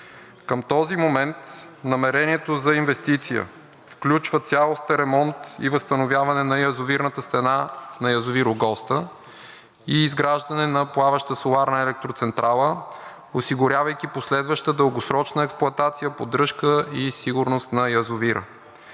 Към този момент намерението за инвестиция, включва цялостен ремонт и възстановяване на язовирната стена на язовир „Огоста“ и изграждане на плаваща соларна електроцентрала, осигурявайки последваща дългосрочна експлоатация, поддръжка и сигурност на язовира.